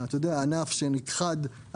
ענף שנכחד.